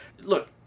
Look